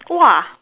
!wah!